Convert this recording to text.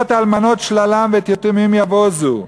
להיות אלמנות שללם ואת יתומים יבוזו.